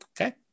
Okay